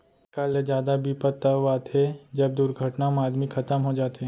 एकर ले जादा बिपत तव आथे जब दुरघटना म आदमी खतम हो जाथे